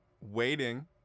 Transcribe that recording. waiting